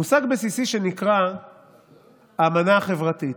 מושג בסיסי שנקרא האמנה החברתית.